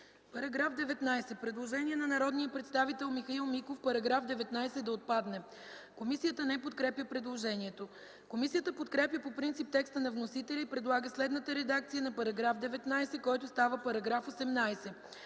По § 24 има предложение от народния представител Михаил Миков -§ 24 да отпадне. Комисията не подкрепя предложението. Комисията подкрепя по принцип текста на вносителя и предлага следната редакция на § 24, който става § 22: „§ 22.